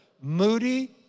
Moody